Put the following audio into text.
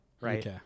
right